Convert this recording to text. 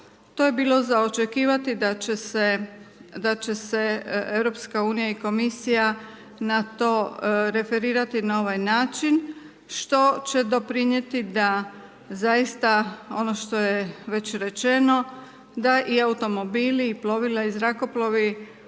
to je bilo za očekivati da će se EU i Europska Komisija referirati na ovaj način što će doprinijeti da zaista ono što je već rečeno da i automobili i plovila i zrakoplovi